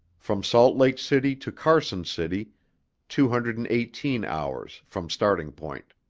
from salt lake city to carson city two hundred and eighteen hours, from starting point.